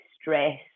stress